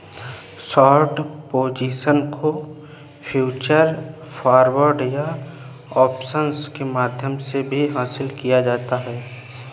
short position को futures, forwards या options के माध्यम से भी हासिल किया जाता है